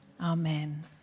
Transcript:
Amen